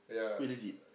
wait legit